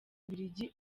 bubiligi